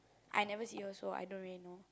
I never see her so I don't really know